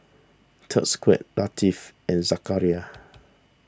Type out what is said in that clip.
Thaqif Latif and Zakaria